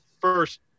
first